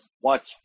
watch